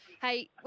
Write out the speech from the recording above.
Hey